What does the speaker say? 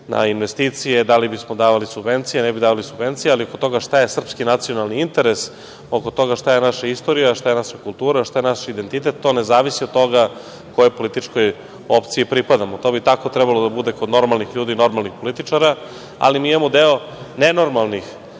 na investicije, da li bismo davali subvencije, ne bi davali subvencije, ali oko toga šta je srpski nacionalni interes, oko toga šta je naša istorija, šta je naša kultura, šta je naš identitet, to ne zavisi od toga kojoj političkoj opciji pripadamo. To bi tako trebalo da bude kod normalnih ljudi, normalnih političara, ali mi imamo deo nenormalnih